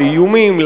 לאיומים,